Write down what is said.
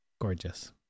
gorgeous